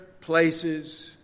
places